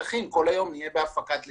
אי אפשר שכל היום נהיה בהפקת לקחים.